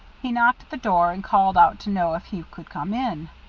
he knocked at the door and called out to know if he could come in.